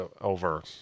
over